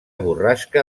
borrasca